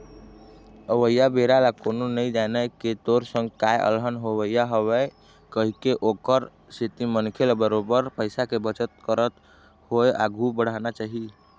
अवइया बेरा ल कोनो नइ जानय के तोर संग काय अलहन होवइया हवय कहिके ओखर सेती मनखे ल बरोबर पइया के बचत करत होय आघु बड़हना चाही